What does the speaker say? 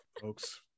folks